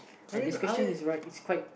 like this question is right it's quite